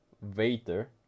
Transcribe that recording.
waiter